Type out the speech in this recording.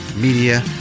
Media